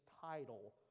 title